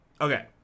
Okay